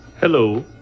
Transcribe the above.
Hello